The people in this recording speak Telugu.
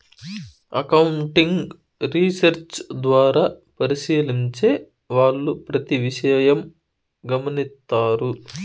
అకౌంటింగ్ రీసెర్చ్ ద్వారా పరిశీలించే వాళ్ళు ప్రతి విషయం గమనిత్తారు